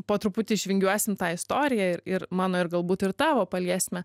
po truputį išvingiuosim tą istoriją ir ir mano ir galbūt ir tavo paliesime